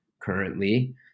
currently